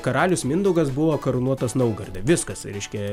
karalius mindaugas buvo karūnuotas naugarde viskas reiškia